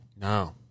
No